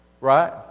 Right